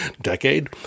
decade